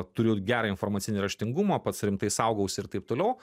turiu gerą informacinį raštingumą pats rimtai saugaus ir taip toliau